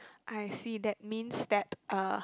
I see that means that uh